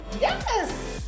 Yes